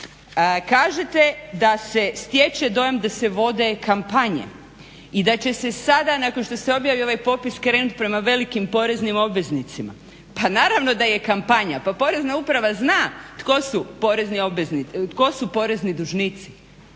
Kažete da se stječe dojam da se vode kampanje i da će se sada nakon što se objavi ovaj popis krenuti prema velikim poreznim obveznicima, pa naravno da je kampanja, pa Porezna uprava zna tko su porezni dužnici.